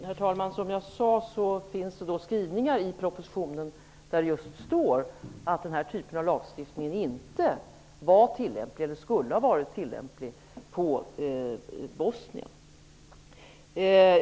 Herr talman! Som jag sade finns det skrivningar i propositionen där det står att den här typen av lagstiftning inte skulle ha varit tillämplig när det gäller Bosnien.